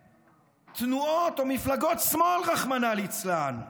כתנועות או מפלגות שמאל, רחמנא ליצלן.